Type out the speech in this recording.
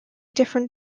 different